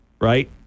right